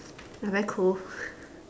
I very cold